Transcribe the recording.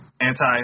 anti-